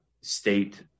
state